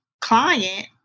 client